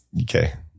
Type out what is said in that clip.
Okay